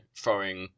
throwing